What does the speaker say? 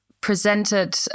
presented